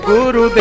Guru